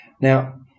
Now